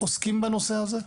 עוסקים בנושא הזה.